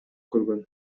көргөн